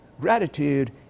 gratitude